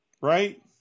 right